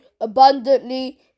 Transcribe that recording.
abundantly